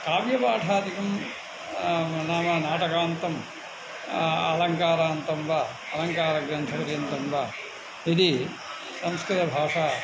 काव्यपाठादिकं नाम नाटकान्तम् अलङ्कारान्तं वा अलङ्कारग्रन्थपर्यन्तं वा यदि संस्कृतभाषा